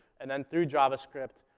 and then through javascript,